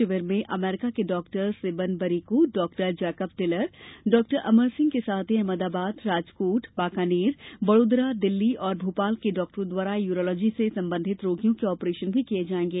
शिविर में अमेरिका के डॉक्टर सिबन बरीकू doctor Jacob Taylor doctor Amar Singh के साथ ही अहमदाबाद राजकोट बाकानेर बड़ोदरा दिल्ली और भोपाल के डॉक्टरों द्वारा यूरोलॉजी से संबंधित रोगियों के ऑपरेशन भी किये जाएंगे